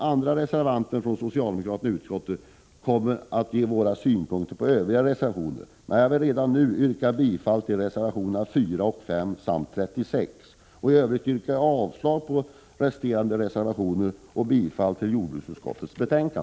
Andra socialdemokrater i utskottet kommer, som jag sade inledningsvis, att framföra våra synpunkter på övriga reservationer. Jag vill redan nu yrka bifall till reservationerna 4, 5 och 36. Jag yrkar avslag på resterande reservationer och i övrigt bifall till utskottets hemställan.